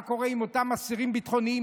מה קורה עם אותם אסירים ביטחוניים,